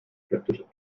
skeptisch